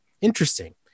Interesting